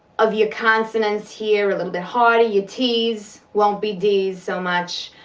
of your consonants here, a little bit harder. your t's won't be d's so much,